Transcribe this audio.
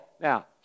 Now